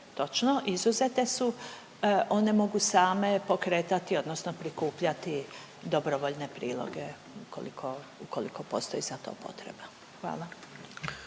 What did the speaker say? točno izuzete su. One mogu same pokretati odnosno prikupljati dobrovoljne priloge ukoliko, ukoliko postoji za to potreba. Hvala.